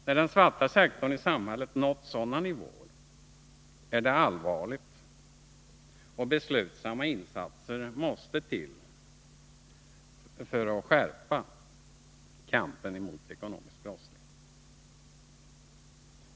När den svarta sektorn i samhället nått sådana nivåer är det allvarligt, och beslutsamma insatser måste till för att skärpa kampen mot ekonomisk brottslighet.